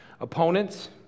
Opponents